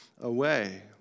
away